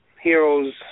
heroes